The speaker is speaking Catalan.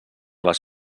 les